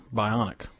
bionic